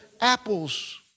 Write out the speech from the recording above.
apples